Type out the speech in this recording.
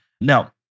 Now